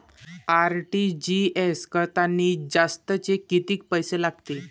RTGS करतांनी जास्तचे कितीक पैसे लागते?